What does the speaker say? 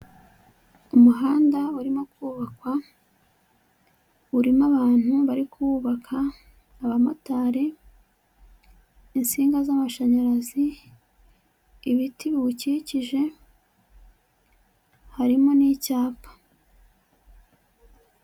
Umuhanda urimo kubakwa, urimo abantu bari kubawubaka, abamotari, insinga z'amashanyarazi, ibiti biwukikije, harimo n'icyapa.